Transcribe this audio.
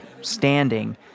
standing